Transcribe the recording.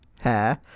hair